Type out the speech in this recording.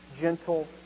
gentle